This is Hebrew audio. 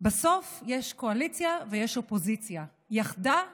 בסוף יש קואליציה ויש אופוזיציה, יחדה ונגדה.